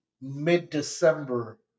mid-December